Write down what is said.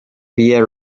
via